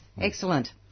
Excellent